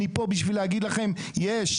אני פה בשביל להגיד לכם יש.